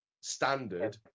standard